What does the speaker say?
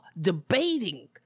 debating